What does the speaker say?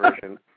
version